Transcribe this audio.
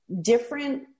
different